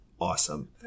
Awesome